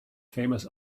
famous